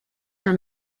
from